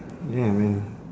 ya man